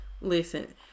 Listen